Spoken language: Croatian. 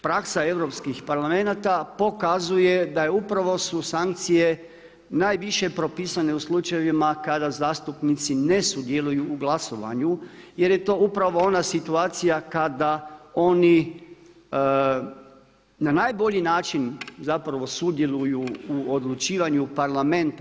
Praksa europskih parlamenata pokazuje da su upravo sankcije najviše propisane u slučajevima kada zastupnici ne sudjeluju u glasovanju jer je to upravo ona situacija kada oni na najbolji način zapravo sudjeluju u odlučivanju parlamenta.